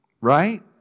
Right